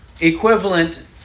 equivalent